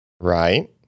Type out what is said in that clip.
Right